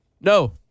No